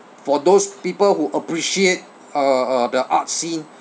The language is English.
for those people who appreciate uh uh the art scene